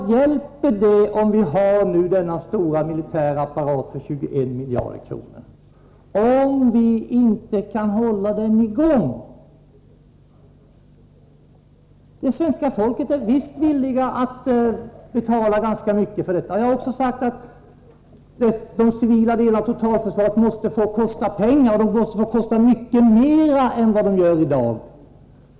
Vad hjälper det om vi har denna stora militära apparat för 21 miljarder om vi inte kan hålla den i gång? Svenska folket är visst villigt att betala ganska mycket för detta försvar. Jag har också sagt att de civila delarna av totalförsvaret måste få kosta pengar, och de måste få kosta mycket mer än de gör i dag.